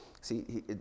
See